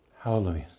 Hallelujah